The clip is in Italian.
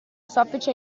soffice